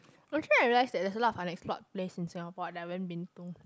actually I realised that there's a lot of unexplored place in Singapore I never been to